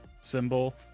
symbol